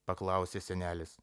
paklausė senelis